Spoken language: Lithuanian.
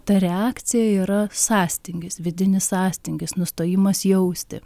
ta reakcija yra sąstingis vidinis sąstingis nustojimas jausti